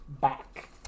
back